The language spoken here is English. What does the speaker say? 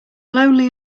lonely